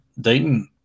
Dayton